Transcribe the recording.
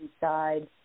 side